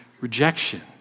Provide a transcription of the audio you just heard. rejection